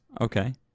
Okay